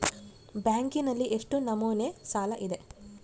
ಬ್ಯಾಂಕಿನಲ್ಲಿ ಎಷ್ಟು ನಮೂನೆ ಸಾಲ ಇದೆ?